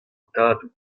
tadoù